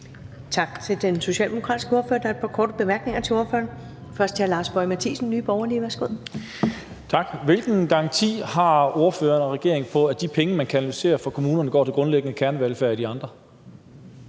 Tak. Hvilken garanti har ordføreren og regeringen for, at de penge, man kanaliserer fra kommunerne, går til grundlæggende kernevelfærd i de andre?